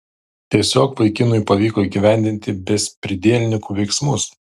tiesiog vaikinui pavyko įgyvendinti bezpridielnikų veiksmus